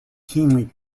keenly